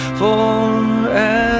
forever